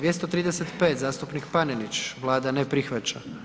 235. zastupnik Panenić, Vlada ne prihvaća.